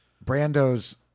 Brando's